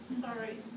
Sorry